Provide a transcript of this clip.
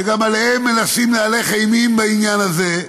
שגם עליהם מנסים להלך אימים בעניין הזה,